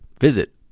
Visit